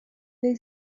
they